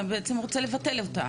אתה רוצה לבטל אותה